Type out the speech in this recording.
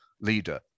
leader